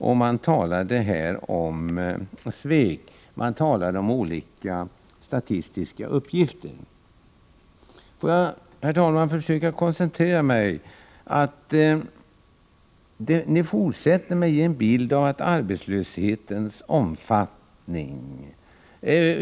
Det talades om svek, och man hänvisade till olika statistiska uppgifter. Låt mig, herr talman, koncentrera mitt inlägg på den punkten.